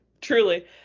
Truly